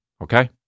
Okay